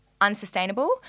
unsustainable